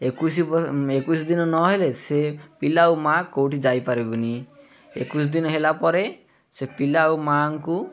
ଏକୋଇଶି ଏକୋଇଶି ଦିନ ନହେଲେ ସେ ପିଲା ଓ ମାଆ କେଉଁଠି ଯାଇପାରିବନି ଏକୋଇଶି ଦିନ ହେଲା ପରେ ସେ ପିଲା ଓ ମାଆଙ୍କୁ